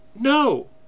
no